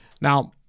Now